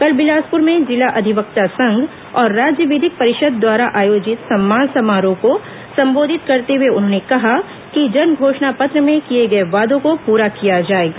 कल बिलासपुर में जिला अधिवक्ता संघ और राज्य विधिक परिषद द्वारा आयोजित सम्मान समारोह को संबोधित करते हुए उन्होंने कहा कि जन घोषणा पत्र में किए गए वादों को पूरा किया जाएगा